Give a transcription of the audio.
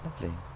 lovely